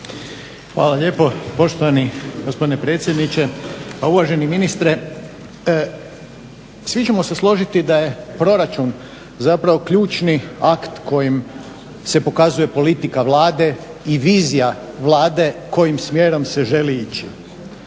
Hvala lijepo poštovani gospodine predsjedniče. Pa uvaženi ministre, svi ćemo se složiti da je proračun zapravo ključni akt kojim se pokazuje politika Vlade i vizija Vlade kojim smjerom se želi ići.